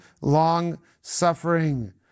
long-suffering